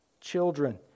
children